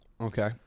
okay